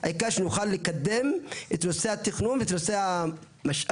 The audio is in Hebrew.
העיקר שנוכל לקדם את נושא התכנון ואת נושא המשאבים,